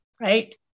right